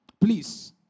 Please